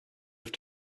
have